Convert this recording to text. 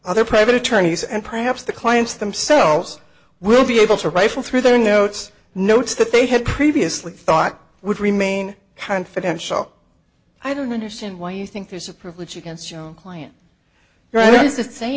other private attorneys and perhaps the clients themselves will be able to rifle through their notes notes that they had previously thought would remain confidential i don't understand why you think there's a privilege against your client right to say